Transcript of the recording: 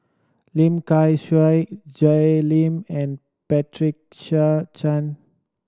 Lim Kay Siu Jay Lim and Patricia Chan